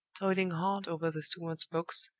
toiling hard over the steward's books,